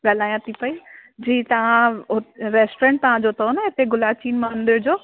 ॻाल्हायां थी पयी जी तां हुत रेस्टोरेंट तव्हांजो अथव न हिते गुलाचीन मंदिर जो